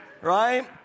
right